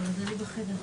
בבקשה.